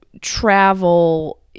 travel